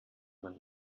man